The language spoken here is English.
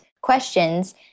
questions